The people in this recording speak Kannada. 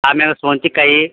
ಆಮೇಲೆ ಸೌತಿಕಾಯಿ